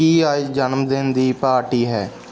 ਕੀ ਅੱਜ ਜਨਮਦਿਨ ਦੀ ਪਾਰਟੀ ਹੈ